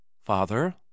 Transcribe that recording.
Father